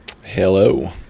hello